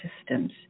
systems